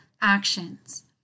actions